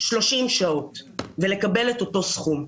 30 שעות ולקבל את אותו סכום.